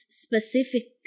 specific